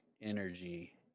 energy